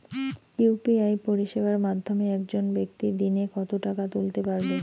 UPI পরিষেবার মাধ্যমে একজন ব্যাক্তি দিনে কত টাকা তুলতে পারবে?